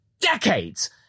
decades